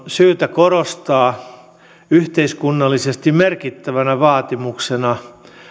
syytä korostaa yhteiskunnallisesti merkittävänä vaatimuksena